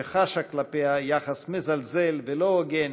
שחשה כלפיה יחס מזלזל ולא הוגן,